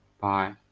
bye